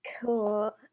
Cool